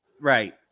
right